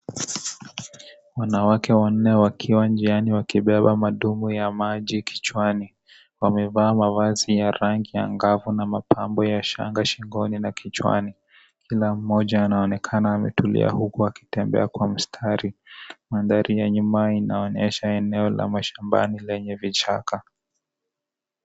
Wanawake wanne wakiwa njiani wakibeba madumu ya maji kichwani. Wamevaa mavazi ya rangi angavu na mapambo ya shanga shingoni na kichwani. Kila mmoja anaonekana ametulia huku akitembea kwa mstari. Mandhari ya nyuma inaonyesha eneo la mashambani lenye vichaka.